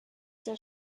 der